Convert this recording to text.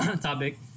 topic